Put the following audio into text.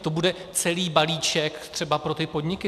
To bude celý balíček třeba pro ty podniky.